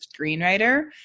screenwriter